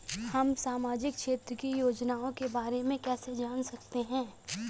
हम सामाजिक क्षेत्र की योजनाओं के बारे में कैसे जान सकते हैं?